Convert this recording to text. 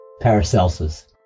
Paracelsus